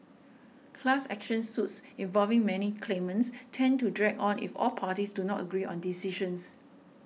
class action suits involving many claimants tend to drag on if all parties do not agree on decisions